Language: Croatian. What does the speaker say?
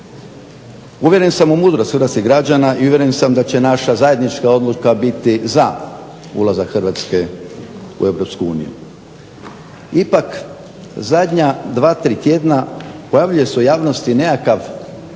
Uvjeren sam u mudrost hrvatskih građana i uvjeren sam da će naša zajednička odluka biti za ulazak Hrvatske u EU. Ipak zadnja dva, tri tjedna pojavljuje se u javnosti nekakav